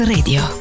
Radio